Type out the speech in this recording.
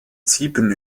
ziepen